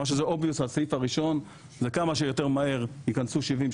הסעיף הראשון שהוא obvious זה כמה שיותר מהר ייכנסו 70,